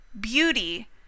Beauty